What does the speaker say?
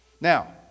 Now